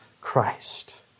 Christ